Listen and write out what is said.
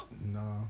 No